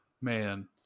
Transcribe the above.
man